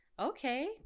Okay